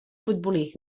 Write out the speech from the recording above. futbolí